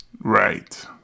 Right